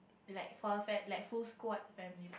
like far fat like full squat family